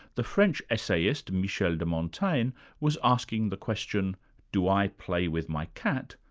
the french essayist michel de montaigne was asking the question do i play with my cat,